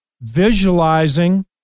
visualizing